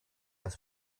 das